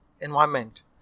environment